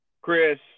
Chris